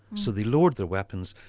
so they lowered their weapons,